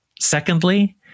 Secondly